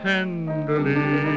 Tenderly